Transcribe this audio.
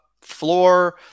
Floor